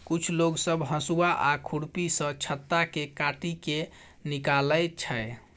कुछ लोग सब हसुआ आ खुरपी सँ छत्ता केँ काटि केँ निकालै छै